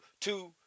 two